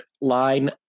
line